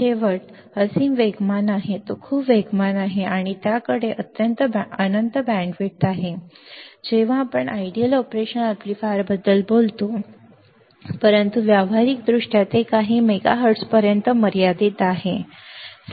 शेवट असीम वेगवान आहे तो खूप वेगवान आहे त्याच्याकडे अनंत बँडविड्थ आहे जेव्हा आपण आदर्श ऑपरेशन अॅम्प्लीफायरबद्दल बोलतो परंतु व्यावहारिकदृष्ट्या ते काही मेगाहर्ट्झपर्यंत मर्यादित आहे